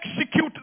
execute